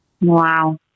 Wow